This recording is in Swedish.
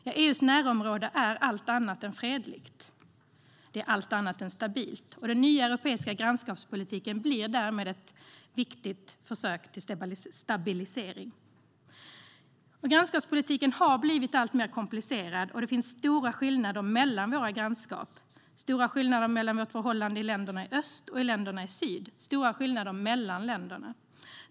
Ja, EU:s närområde är allt annat än fredligt. Det är allt annat än stabilt. Den nya europeiska grannskapspolitiken blir därmed ett viktigt försök till stabilisering. Men grannskapspolitiken har blivit alltmer komplicerad. Det finns stora skillnader mellan grannskapen, stora skillnader mellan vårt förhållande till länderna i öst och det till länderna i syd och stora skillnader mellan länder.